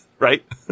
Right